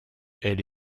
elle